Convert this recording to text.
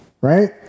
right